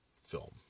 film